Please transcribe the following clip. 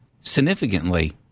significantly